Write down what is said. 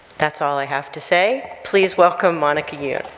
that's all i have to say. please welcome monica youn.